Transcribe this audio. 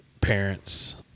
parents